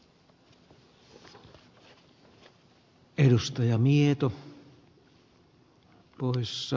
arvoisa puhemies